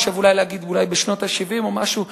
אני חושב שאולי בשנות ה-70 או משהו כזה,